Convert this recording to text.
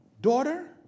daughter